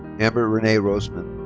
amber renee roseman.